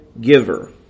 giver